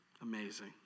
Amazing